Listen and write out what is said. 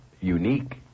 unique